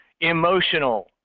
emotional